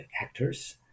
actors